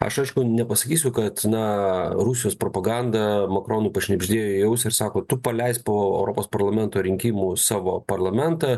aš aišku nepasakysiu kad na rusijos propaganda makronui pašnibždėjo į ausį ir sako tu paleisk po europos parlamento rinkimų savo parlamentą